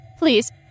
please